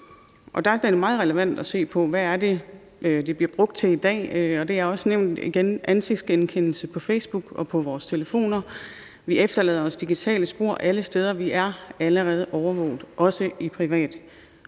Der er det da meget relevant at se på, hvad det er, det bliver brugt til i dag, og der er også igen blevet nævnt ansigtsgenkendelse på Facebook og på vores telefoner. Vi efterlader os digitale spor alle steder. Vi er allerede overvåget, også i det private